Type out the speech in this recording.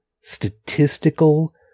statistical